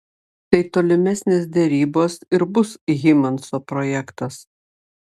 tai tolimesnės derybos ir bus hymanso projektas